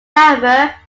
however